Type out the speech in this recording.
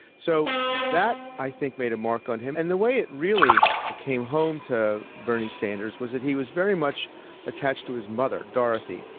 so that i think made a mark on him. and the way it really came home to bernie sanders was that he was very much attached to his mother dorothy.